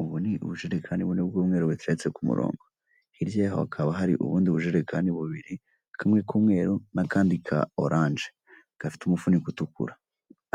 Ubu ni ubujerekani bune bw'umweru buteretse ku murongo hirya yaho hakaba hari ubundi bujerekani bubiri kamwe k'umweru nakandi ka orange gafite umufuniko utukura,